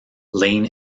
lane